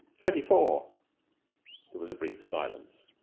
twenty-four. there was a brief silence.